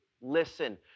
Listen